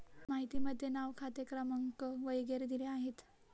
माहितीमध्ये नाव खाते क्रमांक वगैरे दिले आहेत